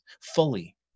fully